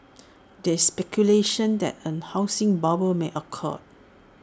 there is speculation that A housing bubble may occur